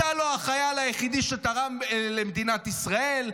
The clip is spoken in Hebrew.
אתה לא החייל היחידי שתרם למדינת ישראל.